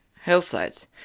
hillsides